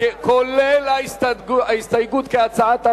כולל ההסתייגות, כהצעת הוועדה.